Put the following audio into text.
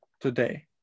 today